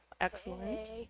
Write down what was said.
Excellent